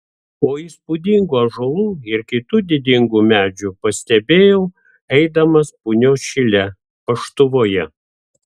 o įspūdingų ąžuolų ir kitų didingų medžių pastebėjau eidamas punios šile paštuvoje